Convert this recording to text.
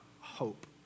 hope